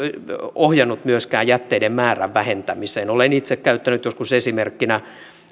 ohjannut myöskään jätteiden määrän vähentämiseen olen itse käyttänyt joskus esimerkkinä